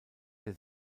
der